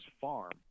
farm